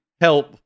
help